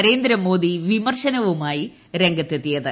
നരേന്ദ്രമോദി വിമർശനവുമായി രംഗത്തെത്തിയത്